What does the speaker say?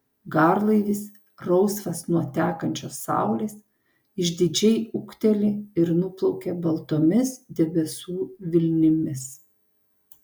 garlaivis rausvas nuo tekančios saulės išdidžiai ūkteli ir nuplaukia baltomis debesų vilnimis